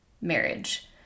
marriage